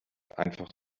einfach